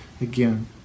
again